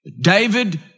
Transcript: David